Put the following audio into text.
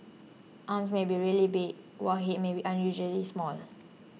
arms may be really big while head may be unusually small